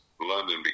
London